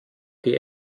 die